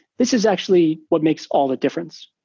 this is actually what makes all the difference.